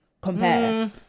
compare